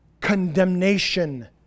condemnation